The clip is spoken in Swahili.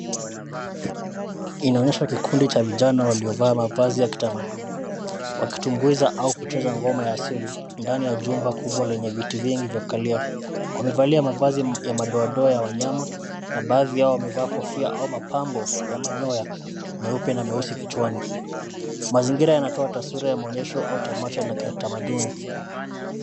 Inaonyesha kikundi cha vijana waliovaa mavazi ya kitamaduni. Wakitumbuiza au kucheza ngoma ya asili ndani ya jumba kubwa lenye viti vingi vya kukalia. Wamevalia mavazi ya madoadoa ya wanyama na baadhi yao wamevaa kofia au mapambo ya manyoya meupe na meusi kichwani. Mazingira yanatoa taswira ya maonyesho au tamasha la tamaduni.